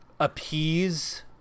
appease